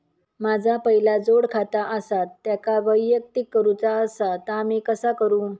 माझा पहिला जोडखाता आसा त्याका वैयक्तिक करूचा असा ता मी कसा करू?